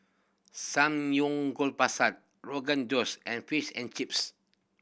Samgyeopsal Rogan Josh and Fish and Chips